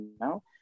now